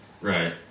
Right